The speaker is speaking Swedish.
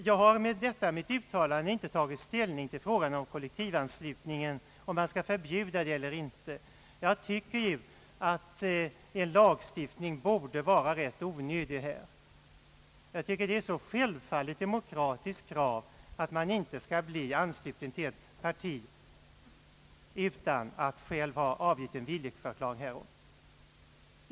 Jag har med detta uttalande inte tagit ställning till frågan om man skall förbjuda kollektivanslutning eller inte. Jag tycker att en lagstiftning borde vara rätt onödig. Enligt min mening är det ett självklart demokratiskt krav att man inte skall bli ansluten till ett parti utan att ha avgivit en ansökan härom.